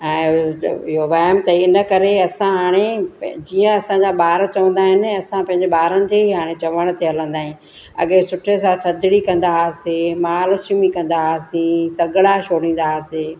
ऐं इहो वहम ताईं हिन करे असां हाणे जीअं असांजा ॿार चवंदा आहिनि असां पंहिंजे ॿारनि जे ई हाणे चवण ते हलंदा आहियूं अॻे सुठे सां थधिड़ी कंदासीं महालक्ष्मी कंदासीं सॻिड़ा छोड़ीदासीं